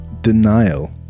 Denial